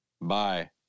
Bye